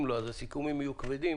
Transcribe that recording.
אם לא, אז הסיכומים יהיו כבדים